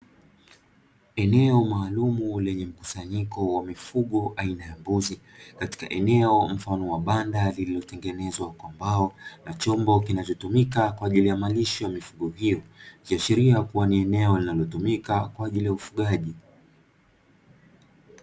Eneo maalumu lenye mkusanyiko wa mifugo aina ya mbuzi, katika eneo mfano wa banda zilizotengenezwa kwa mbao na chombo kinachotumika kwa ajili ya malisho ya mifugo hiyo, likiashiria kuwa ni eneo linalotumika kwa ajili ya ufugaji.